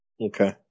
Okay